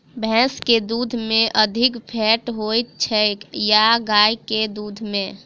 भैंस केँ दुध मे अधिक फैट होइ छैय या गाय केँ दुध में?